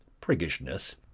priggishness